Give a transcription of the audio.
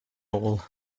all